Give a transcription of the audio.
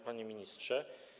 Panie Ministrze!